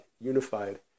unified